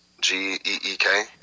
G-E-E-K